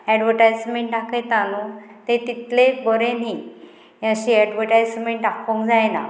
advertisement दाखयता न्हू ते तितले बरे न्ही अशे एडवटायजमेंट दाखोवंक जायना